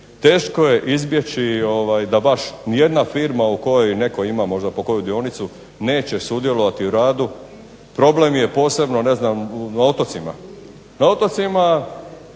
teško je izbjeći da baš nijedna firma u kojoj netko ima možda po koju dionicu neće sudjelovati u radu. Problem je posebno ne znam na otocima. Na otocima,